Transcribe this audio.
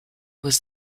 was